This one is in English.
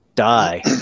die